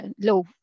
low